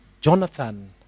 Jonathan